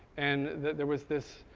and there was this